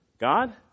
God